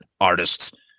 artist